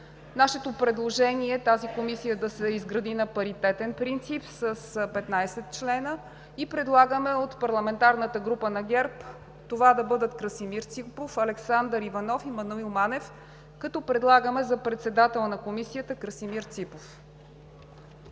Нашето предложение е тази комисия да се изгради на паритетен принцип с 15 члена и предлагаме от парламентарната група на ГЕРБ това да бъдат: Красимир Ципов, Александър Иванов и Маноил Манев, като предлагаме за председател на Комисията Красимир Ципов.